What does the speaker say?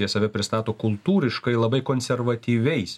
jie save pristato kultūriškai labai konservatyviais